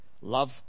Love